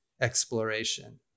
exploration